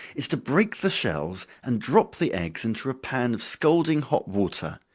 is to break the shells, and drop the eggs into a pan of scalding hot water,